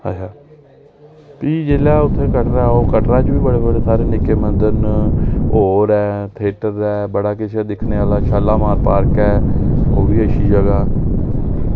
भी जेल्लै उत्थें कटरे बड़े सारे निक्के मंदर न होर ऐ थेटर ऐ बड़ा किश ऐ दिक्खनै आस्तै शालामार पार्क ऐ ओह्बी अच्छी जगह